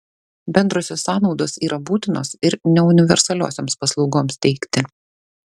bendrosios sąnaudos yra būtinos ir neuniversaliosioms paslaugoms teikti